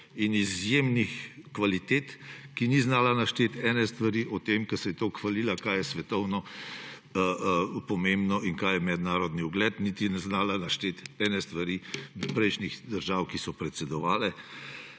in izjemnih kvalitet, ki ni znala našteti ene stvari o tem, ko se je toliko hvalila, kaj je svetovno pomembno in kaj je mednarodni ugled, niti ni znala našteti ene stvari prejšnjih držav, ki so predsedovale.